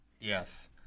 Yes